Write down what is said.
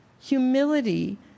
humility